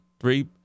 three